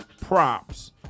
props